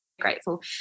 grateful